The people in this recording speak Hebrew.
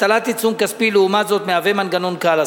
הטלת עיצום כספי, לעומת זאת, היא מנגנון קל.